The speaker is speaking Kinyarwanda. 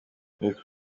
rick